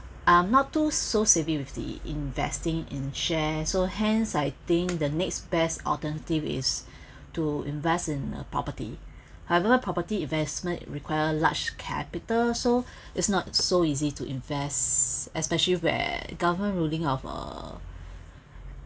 I'm not too so savvy with the investing in shares so hence I think the next best alternative is to invest in property however property investments require large capital so it's not so easy to invest especially where government ruling of uh